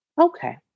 okay